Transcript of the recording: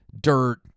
dirt